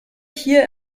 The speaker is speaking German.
hier